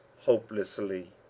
hopelessly